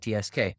TSK